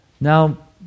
Now